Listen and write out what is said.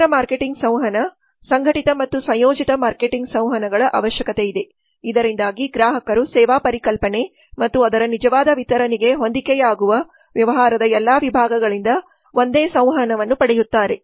ಸಮಗ್ರ ಮಾರ್ಕೆಟಿಂಗ್ಸಂವಹನ ಸಂಘಟಿತ ಮತ್ತು ಸಂಯೋಜಿತ ಮಾರ್ಕೆಟಿಂಗ್ ಸಂವಹನಗಳ ಅವಶ್ಯಕತೆಯಿದೆ ಇದರಿಂದಾಗಿ ಗ್ರಾಹಕರು ಸೇವಾ ಪರಿಕಲ್ಪನೆ ಮತ್ತು ಅದರ ನಿಜವಾದ ವಿತರಣೆಗೆ ಹೊಂದಿಕೆಯಾಗುವ ವ್ಯವಹಾರದ ಎಲ್ಲಾ ವಿಭಾಗಗಳಿಂದ ಒಂದೇ ಸಂವಹನವನ್ನು ಪಡೆಯುತ್ತಾರೆ